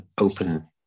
open